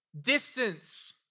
distance